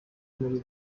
muri